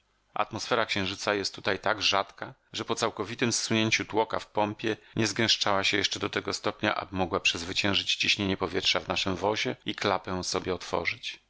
atmosfera księżyca jest tutaj tak rzadka że po całkowitem zsunięciu tłoka w pompie nie zgęszczała się jeszcze do tego stopnia aby mogła przezwyciężyć ciśnienie powietrza w naszem wozie i klapę sobie otworzyć